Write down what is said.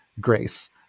grace